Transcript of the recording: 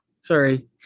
sorry